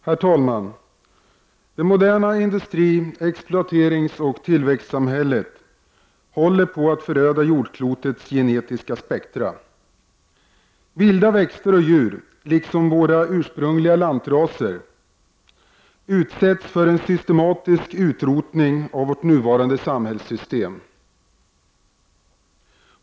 Herr talman! Det moderna industri-, exploateringsoch tillväxtsamhället håller på att föröda jordklotets genetiska spektrum. Vilda växter och djur, liksom våra ursprungliga lantraser, utsätts av vårt nuvarande samhällssystem för en systematisk utrotning.